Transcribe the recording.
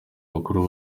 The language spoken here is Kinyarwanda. bakuru